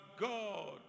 God